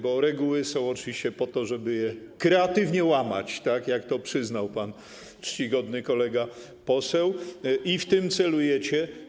Bo reguły są oczywiście po to, żeby je kreatywnie łamać, tak jak to przyznał czcigodny pan kolega poseł, i w tym celujecie.